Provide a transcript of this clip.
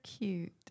cute